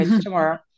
tomorrow